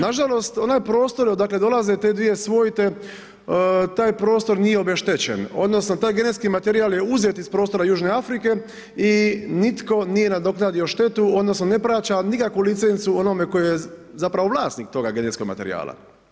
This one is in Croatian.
Nažalost, onaj prostor odakle dolaze te dvije svojte taj prostor nije obeštećen, odnosno, taj genetski materijal je uzet iz prostora Južne Afrike i nitko nije nadoknadio štetu, odnosno, ne plaća nikakvu licencu onoga koji je zapravo vlasnik genetskog materijala.